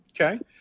Okay